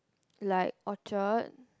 like Orchard